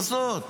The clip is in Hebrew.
ומחוספסות.